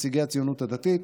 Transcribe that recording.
נציגי הציונות הדתית,